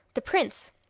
the prince,